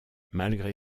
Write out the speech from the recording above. malgré